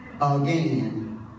again